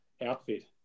outfit